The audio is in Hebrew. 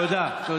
תודה.